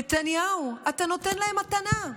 נתניהו, אתה נותן להם מתנה,